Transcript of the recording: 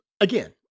again